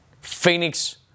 Phoenix